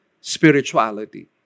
spirituality